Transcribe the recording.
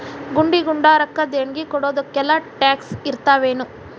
ಗುಡಿ ಗುಂಡಾರಕ್ಕ ದೇಣ್ಗಿ ಕೊಡೊದಕ್ಕೆಲ್ಲಾ ಟ್ಯಾಕ್ಸ್ ಇರ್ತಾವೆನು?